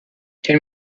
ten